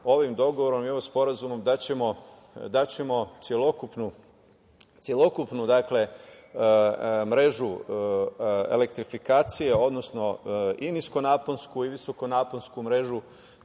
ovim dogovorom i ovim sporazumom, da ćemo celokupnu mrežu elektrifikacije, odnosno i niskonaponsku i visokonaponsku mrežu,